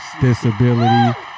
disability